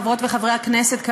חברות וחברי הכנסת,